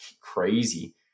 crazy